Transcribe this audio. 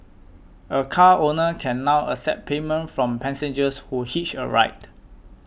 a car owner can now accept payment from passengers who hitch a ride